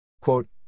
Quote